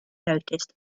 noticed